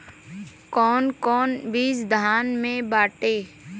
कौन कौन बिज धान के बाटे?